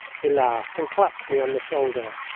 he laughed and clapped me on the shoulder.